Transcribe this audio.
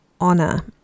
honor